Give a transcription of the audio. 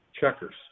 checkers